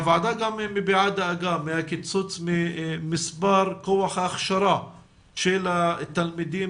הוועדה מביעה דאגה מהקיצוץ במספר כח ההכשרה של התלמידים